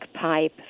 pipe